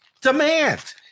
Demand